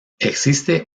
existe